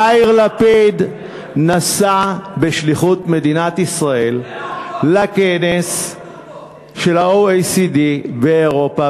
יאיר לפיד נסע בשליחות מדינת ישראל לכנס של ה-OECD באירופה,